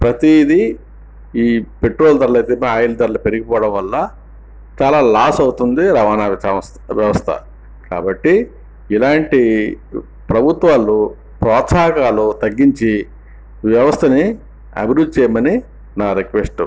ప్రతీది ఈ పెట్రోల్ ధరలైతే ఆయిల్ ధరలు పెరిగిపోవడంవల్ల చాలా లాస్ అవుతుంది రవాణా వ్యవస్థ కాబట్టి ఇలాంటి ప్రభుత్వాలు ప్రోత్సాహకాలు తగ్గించి వ్యవస్థని అభివృద్ధి చేయమని నా రిక్వెస్ట్